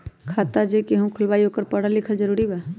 खाता जे केहु खुलवाई ओकरा परल लिखल जरूरी वा?